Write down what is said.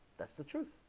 that's the truth